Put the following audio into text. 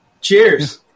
Cheers